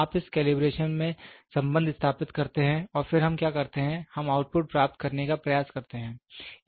आप इस कैलिब्रेशन में संबंध स्थापित करते हैं और फिर हम क्या करते हैं हम आउटपुट प्राप्त करने का प्रयास करते हैं